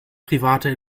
private